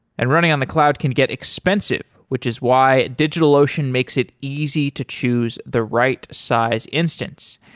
and running on the cloud can get expensive, which is why digitalocean makes it easy to choose the right size instance,